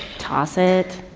toss it.